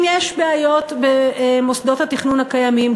הרי אם יש בעיות במוסדות התכנון הקיימים,